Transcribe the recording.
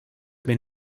been